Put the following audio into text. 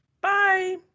Bye